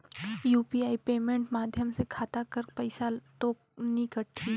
UPI payment माध्यम से खाता कर पइसा तो नी कटही?